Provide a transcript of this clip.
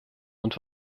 und